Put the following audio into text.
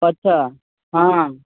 अच्छा हँ